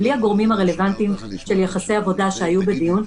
בלי הגורמים הרלוונטיים של יחסי עבודה שהיו בדיון.